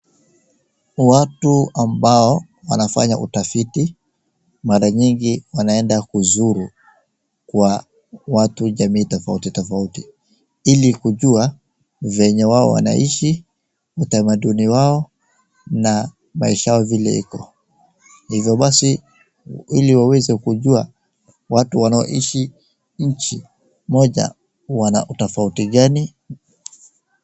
Watu ambao wanafanya utafiti mara nyingi wanaenda kuzuru kwa watu jamii tofauti tofauti ili kujua venye wao wanaishi, utamaduni wao na maisha yao vile iko. Ivo basi ili waweze kujua watu wanaoishi nchi moja wanautofauti gani.